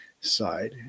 side